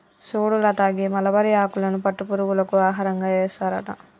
సుడు లత గీ మలబరి ఆకులను పట్టు పురుగులకు ఆహారంగా ఏస్తారట